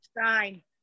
Sign